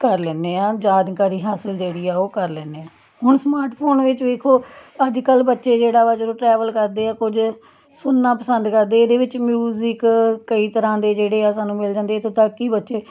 ਕਰ ਲੈਂਦੇ ਹਾਂ ਜਾਣਕਾਰੀ ਹਾਸਲ ਜਿਹੜੀ ਹੈ ਉਹ ਕਰ ਲੈਂਦੇ ਹਾਂ ਹੁਣ ਸਮਾਰਟਫੋਨ ਵਿੱਚ ਵੇਖੋ ਅੱਜ ਕੱਲ ਬੱਚੇ ਜਿਹੜਾ ਵਾ ਜਦੋਂ ਟਰੈਵਲ ਕਰਦੇ ਆ ਕੁਝ ਸੁਣਨਾ ਪਸੰਦ ਕਰਦੇ ਇਹਦੇ ਵਿੱਚ ਮਿਊਜਿਕ ਕਈ ਤਰ੍ਹਾਂ ਦੇ ਜਿਹੜੇ ਆ ਸਾਨੂੰ ਮਿਲ ਜਾਂਦੇ ਇੱਥੋਂ ਤੱਕ ਕਿ ਬੱਚੇ